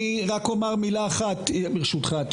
אני רק אומר מילה אחת ברשותך.